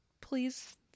please